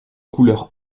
couleur